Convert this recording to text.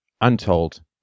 untold